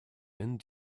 and